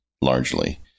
largely